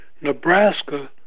Nebraska